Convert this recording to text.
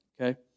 okay